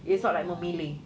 oh my